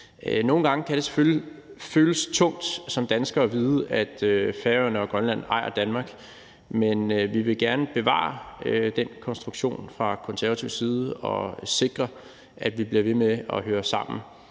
Nogle gange kan det selvfølgelig føles tungt som dansker at vide, at Færøerne og Grønland ejer Danmark, men vi vil gerne bevare den konstruktion fra Konservatives side og sikre, at vi bliver ved med at høre sammen